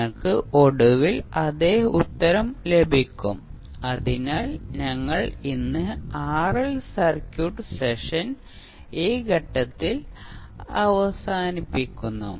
നിങ്ങൾക്ക് ഒടുവിൽ അതേ ഉത്തരം ലഭിക്കും അതിനാൽ ഞങ്ങൾ ഇന്ന് ആർഎൽ സർക്യൂട്ട് സെഷൻ ഈ ഘട്ടത്തിൽ അവസാനിപ്പിക്കുന്നു